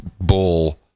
bull